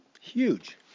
Huge